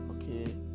Okay